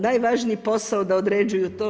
Najvažniji posao da određuju to.